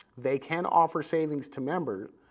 they can offer savings to member,